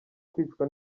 kwicwa